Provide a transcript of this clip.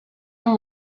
and